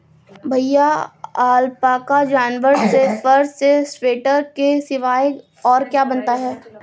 भैया अलपाका जानवर के फर से स्वेटर के सिवाय और क्या बनता है?